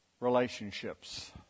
relationships